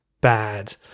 bad